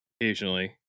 occasionally